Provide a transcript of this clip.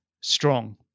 strong